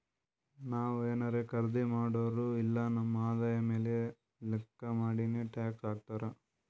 ನಾವ್ ಏನಾರೇ ಖರ್ದಿ ಮಾಡುರ್ ಇಲ್ಲ ನಮ್ ಆದಾಯ ಮ್ಯಾಲ ಲೆಕ್ಕಾ ಮಾಡಿನೆ ಟ್ಯಾಕ್ಸ್ ಹಾಕ್ತಾರ್